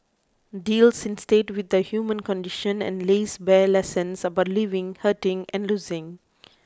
deals instead with the human condition and lays bare lessons about living hurting and losing